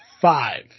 five